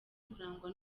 kurangwa